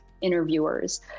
interviewers